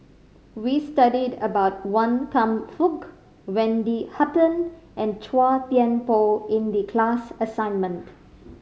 we studied about Wan Kam Fook Wendy Hutton and Chua Thian Poh in the class assignment